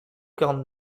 quarante